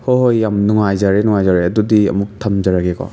ꯍꯣꯏ ꯍꯣꯏ ꯌꯥꯝ ꯅꯨꯡꯉꯥꯏꯖꯔꯦ ꯅꯨꯡꯉꯥꯏꯖꯔꯦ ꯑꯗꯨꯗꯤ ꯑꯃꯨꯛ ꯊꯝꯖꯔꯒꯦꯀꯣ